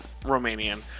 Romanian